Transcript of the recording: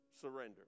Surrender